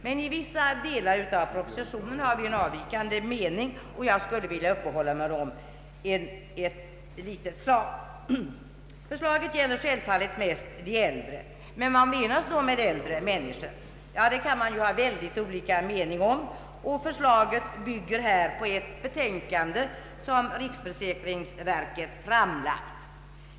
Beträffande vissa delar av propositionen har vi emellertid en avvikande mening, och jag skulle vilja uppehålla mig vid dem. Förslaget gäller självfallet i huvudsak äldre människor. Men vad menas då med äldre människor? Detta kan man ha mycket olika meningar om. Förslaget bygger på ett betänkande som riksförsäkringsverket har framlagt.